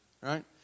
right